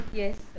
yes